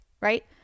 right